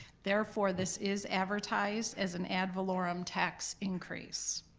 therefore, this is advertised as an ad valorem tax increase.